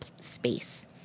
space